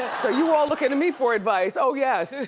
so you all look at and me for advice, oh, yes,